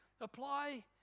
apply